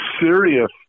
serious